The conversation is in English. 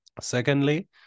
Secondly